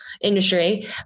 industry